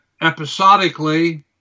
episodically